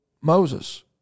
Moses